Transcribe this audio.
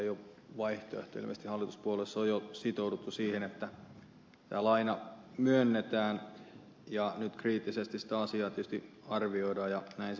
ilmeisesti hallituspuolueissa on jo sitouduttu siihen että tämä laina myönnetään ja nyt kriittisesti sitä asiaa tietysti arvioidaan ja näin pitääkin tehdä